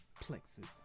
Plexus